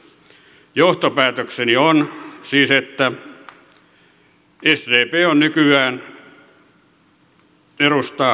johtopäätökseni on siis että sdp nykyään edustaa piiloporvareita